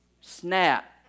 snap